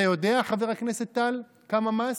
אתה יודע, חבר הכנסת טל, כמה מס?